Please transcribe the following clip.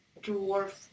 Dwarf